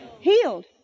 Healed